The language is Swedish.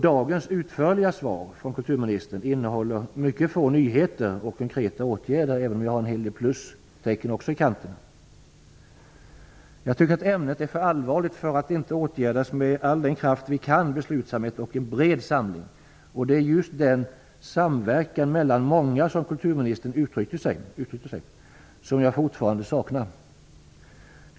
Dagens utförliga svar från kulturministern innehåller mycket få nyheter och konkreta åtgärder. Men jag sätter också en hel del plus i kanten. Jag tycker att ämnet är för allvarligt för att inte bli åtgärdat med all den kraft vi kan visa samt med beslutsamhet och en bred samling. Det är just samverkan mellan många, som kulturministern uttryckte sig, som jag fortfarande saknar.